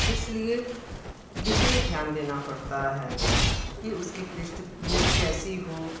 इस लिए विशेष ध्यान देना पड़ता है कि उसकी पृष्ठभूमि कैसी हो